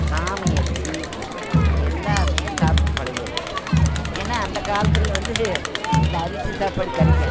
சாமை அரிசி எல்லாமே சாப்பிட்டு பழகியாச்சு ஏன்னா அந்த காலத்தில் வந்து இந்த அரிசி சாப்பாடு கிடைக்காது